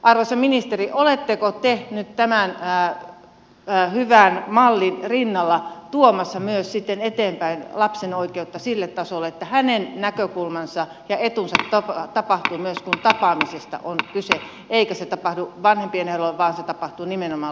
arvoisa ministeri oletteko te nyt tämän hyvän mallin rinnalla tuomassa eteenpäin myös lapsen oikeutta sille tasolle että hänen näkökulmansa ja etunsa tapahtuu myös kun tapaamisesta on kyse eikä se tapahdu vanhempien ehdoilla vaan se tapahtuu nimenomaan lasten ehdoilla